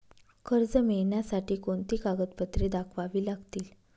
कर्ज मिळण्यासाठी कोणती कागदपत्रे दाखवावी लागतील?